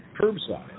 curbside